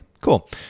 cool